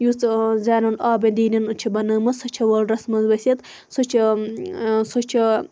یُس زینُ العابِدینَن چھِ بَنٲمٕژ سۄ چھِ ووٚلرَس مَنٛز ؤسِتھ سۄ چھِ